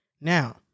Now